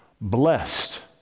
Blessed